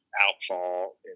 outfall